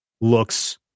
looks